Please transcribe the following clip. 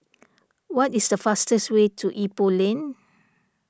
what is the fastest way to Ipoh Lane